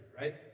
right